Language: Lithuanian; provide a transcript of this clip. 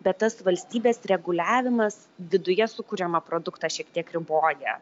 bet tas valstybės reguliavimas viduje sukuriamą produktą šiek tiek riboja